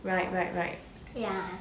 right right right